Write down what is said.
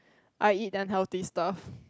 I eat unhealthy stuff